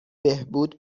بهبود